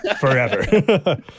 Forever